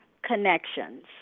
Connections